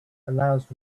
allows